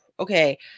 Okay